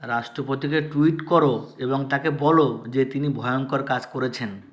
রাষ্ট্রপতিকে টুইট করো এবং তাঁকে বলো যে তিনি ভয়ঙ্কর কাজ করেছেন